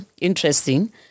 interesting